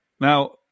Now